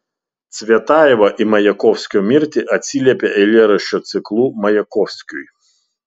cvetajeva į majakovskio mirtį atsiliepė eilėraščių ciklu majakovskiui